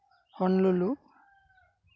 ᱦᱚᱱᱞᱩᱞᱩ